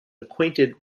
acquainted